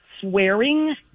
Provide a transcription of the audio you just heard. swearing